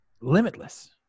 limitless